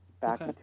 back